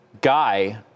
guy